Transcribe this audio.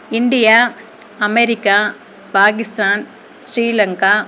India America Pakistan Sri Lanka